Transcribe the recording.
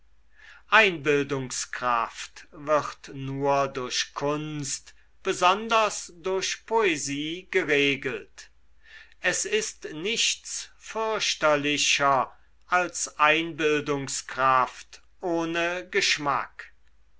einbildungskraft wird nur durch kunst besonders durch poesie geregelt es ist nichts fürchterlicher als einbildungskraft ohne geschmack